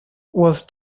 was